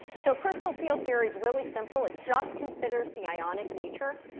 so crystal field theory is really simple. it just considers the ionic nature.